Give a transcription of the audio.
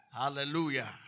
Hallelujah